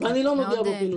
אני לא נוגע בפינוי.